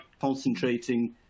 concentrating